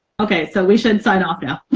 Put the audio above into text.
okay, so we should sign off now.